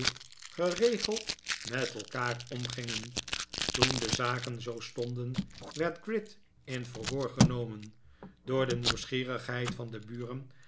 geregeld met elkaar omgingen toen de zaken zoo stonden werd gride in verhoor genomen door de nieuwsgierigheid van de buren